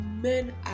men